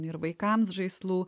ir vaikams žaislų